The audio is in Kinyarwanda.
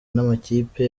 n’amakipe